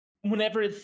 whenever